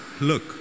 look